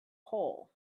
hole